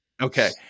Okay